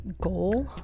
goal